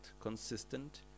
consistent